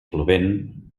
plovent